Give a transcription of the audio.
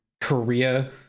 korea